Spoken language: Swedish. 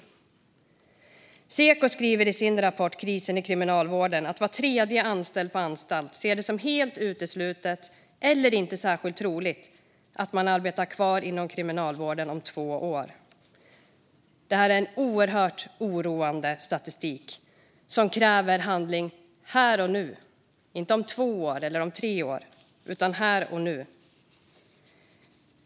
Seko skriver i sin rapport Satsa på personalen - En rapport om krisen i Kriminalvården att var tredje anställd på anstalt ser det som helt uteslutet eller inte särskilt troligt att man arbetar kvar inom kriminalvården om två år. Detta är en oerhört oroande statistik som kräver handling här och nu - inte om två år eller om tre år utan här och nu.